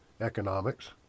economics